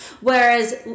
whereas